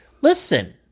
Listen